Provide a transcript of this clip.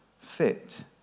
fit